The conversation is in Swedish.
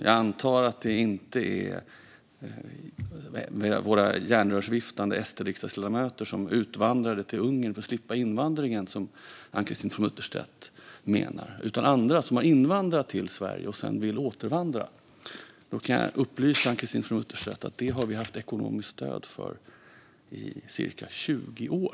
Jag antar att det inte är våra järnrörsviftande SD-riksdagsledamöter som utvandrade till Ungern för att slippa invandringen som Ann-Christine From Utterstedt menar, utan andra, som har invandrat till Sverige och sedan vill återvandra. Då kan jag upplysa Ann-Christine From Utterstedt om att vi har haft ekonomiskt stöd för detta i cirka 20 år.